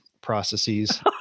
processes